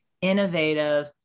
innovative